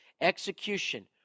execution